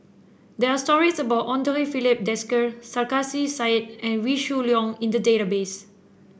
there are stories about Andre Filipe Desker Sarkasi Said and Wee Shoo Leong in the database